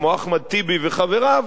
כמו אחמד טיבי וחבריו,